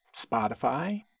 Spotify